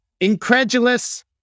Incredulous